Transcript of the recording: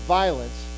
violence